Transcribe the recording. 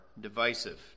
divisive